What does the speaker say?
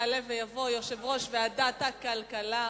יעלה ויבוא יושב-ראש ועדת הכלכלה,